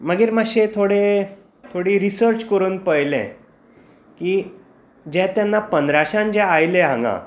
मागीर मातशें थोडें थोडी रिसर्च करून पळयलें की जें तेन्ना पंद्राशान जे आयले हांगां